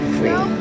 free